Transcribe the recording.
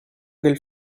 del